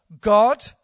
God